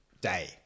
day